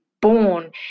born